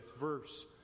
verse